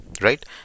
Right